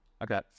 Okay